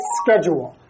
schedule